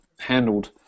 handled